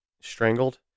strangled